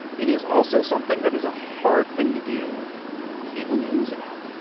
it is also something that is a hard thing to do cable news about,